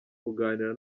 kuganira